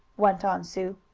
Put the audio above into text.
went on sue.